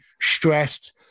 stressed